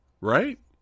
Right